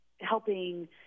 helping